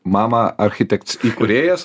mama architekts įkūrėjas